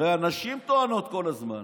הרי הנשים טוענות כל הזמן